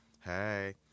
Hey